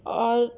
اور